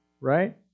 Right